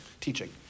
Teaching